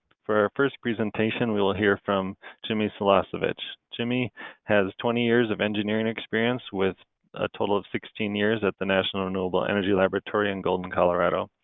for our first presentation, we will hear from jimmy salasovich. jimmy has twenty years of engineering experience with a total of sixteen years at the national renewable energy laboratory in golden, colorado.